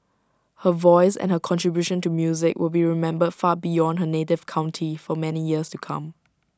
her voice and her contribution to music will be remembered far beyond her native county for many years to come